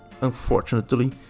unfortunately